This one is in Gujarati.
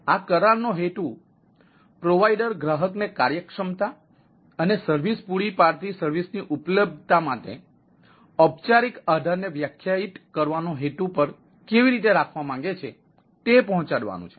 આ કરાર નો હેતુ પ્રોવાઇડર ગ્રાહકને કાર્યક્ષમતા અને સર્વિસ પૂરી પાડતી સર્વિસની ઉપલબ્ધતા માટે ઔપચારિક આધારને વ્યાખ્યાયિત કરવાના હેતુ પર કેવી રીતે રાખવા માંગે છે તે પહોંચાડવાનું છે